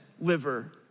liver